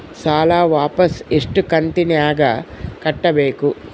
ಸಾಲ ವಾಪಸ್ ಎಷ್ಟು ಕಂತಿನ್ಯಾಗ ಕಟ್ಟಬೇಕು?